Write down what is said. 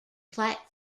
platte